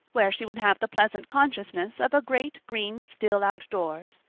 where she would have the pleasant consciousness of a great green still outdoors,